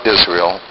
Israel